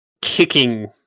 kicking